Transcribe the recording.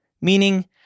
meaning